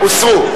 הוסרו.